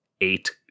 eight